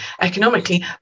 economically